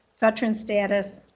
veteran status,